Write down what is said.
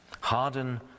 Harden